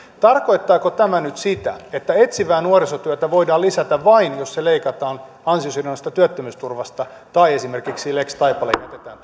tarkoittaako tämä nyt sitä että etsivää nuorisotyötä voidaan lisätä vain jos se leikataan ansiosidonnaisesta työttömyysturvasta tai esimerkiksi lex taipale jätetään